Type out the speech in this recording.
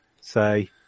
say